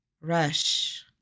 rush